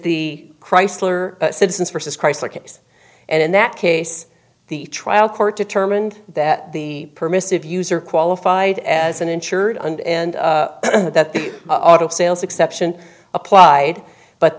the chrysler citizens vs chrysler case and in that case the trial court determined that the permissive user qualified as an insured under and that the auto sales exception applied but